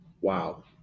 Wow